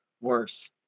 worse